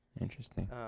Interesting